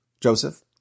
Joseph